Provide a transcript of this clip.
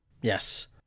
Yes